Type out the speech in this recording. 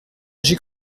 j’ai